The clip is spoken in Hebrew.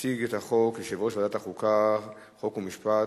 יציג את החוק יושב-ראש ועדת החוקה, חוק ומשפט,